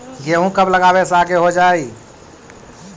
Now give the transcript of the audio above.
गेहूं कब लगावे से आगे हो जाई?